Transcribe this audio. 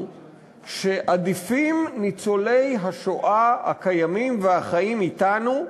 שעדיפים ניצולי השואה הקיימים והחיים אתנו,